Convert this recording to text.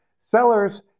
Sellers